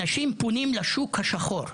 אנשים נאצלים לפנות לשוק השחור.